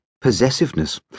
possessiveness